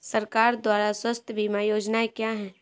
सरकार द्वारा स्वास्थ्य बीमा योजनाएं क्या हैं?